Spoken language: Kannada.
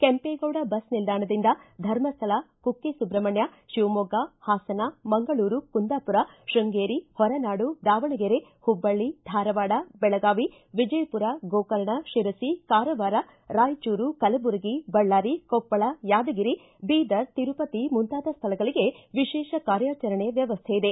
ಕೆಂಪೇಗೌಡ ಬಸ್ ನಿಲ್ಲಾಣದಿಂದ ಧರ್ಮಸ್ಥಳ ಕುಕ್ಕೆ ಸುಬ್ರಮಣ್ಣ ಶಿವಮೊಗ್ಗ ಹಾಸನ ಮಂಗಳೂರು ಕುಂದಾಪುರ ಶ್ವಂಗೇರಿ ಹೊರನಾಡು ದಾವಣಗೆರೆ ಹುಬ್ಲಳ್ಳಿ ಧಾರವಾಡ ಬೆಳಗಾವಿ ವಿಜಯಪುರ ಗೋಕರ್ಣ ಶಿರಸಿ ಕಾರವಾರ ರಾಯಚೂರು ಕಲಬುರಗಿ ಬಳ್ಳಾರಿ ಕೊಪ್ಪಳ ಯಾದಗಿರಿ ಬೀದರ್ ತಿರುಪತಿ ಮುಂತಾದ ಸ್ಥಳಗಳಿಗೆ ವಿಶೇಷ ಕಾರ್ಯಾಚರಣೆ ವ್ಯವಸ್ಥೆ ಇದೆ